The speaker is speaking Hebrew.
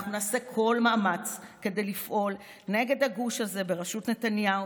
אנחנו נעשה כל מאמץ כדי לפעול נגד הגוש הזה בראשות נתניהו,